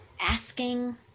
Asking